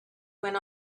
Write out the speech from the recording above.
when